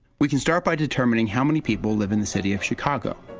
we can start by determining how many people live in the city of chicago.